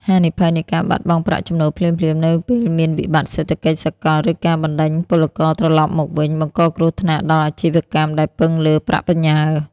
ហានិភ័យនៃការបាត់បង់ប្រាក់ចំណូលភ្លាមៗ នៅពេលមានវិបត្តិសេដ្ឋកិច្ចសកល ឬការបណ្ដេញពលករត្រឡប់មកវិញ បង្កគ្រោះថ្នាក់ដល់អាជីវកម្មដែលពឹងលើប្រាក់បញ្ញើ។